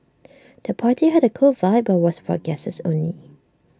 the party had A cool vibe but was for guests only